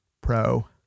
Pro